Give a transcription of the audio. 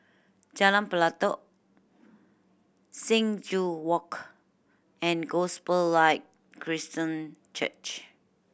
Jalan Pelatok Sing Joo Walk and Gospel Light Christian Church